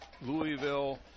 Louisville